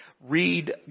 read